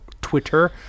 Twitter